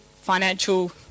financial